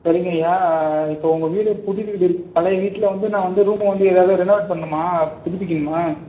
சரிங்க ஐயா இப்போ உங்கள் வீடுப் புது வீடுர் பழைய வீட்டில் வந்து நான் வந்து ரூமை வந்து எதாவது ரெனோவெட் பண்னுமா புதுப்பிக்கணுமா